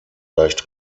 leicht